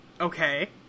Okay